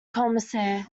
commissaire